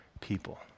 people